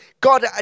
God